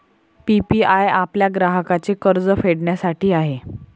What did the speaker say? PPI आपल्या ग्राहकांचे कर्ज फेडण्यासाठी आहे